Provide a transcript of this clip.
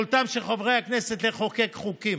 יכולתם של חברי הכנסת לחוקק חוקים,